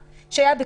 זה קובע את